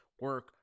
Work